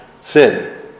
sin